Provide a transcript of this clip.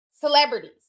celebrities